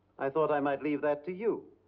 i thought i might leave that to you.